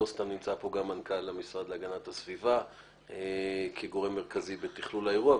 לא סתם נמצא פה גם מנכ"ל המשרד להגנת הסביבה כגורם מרכזי בתכלול האירוע.